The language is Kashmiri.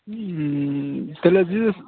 تیٚلہِ حظ دِس